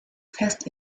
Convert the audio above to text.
fest